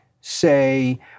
say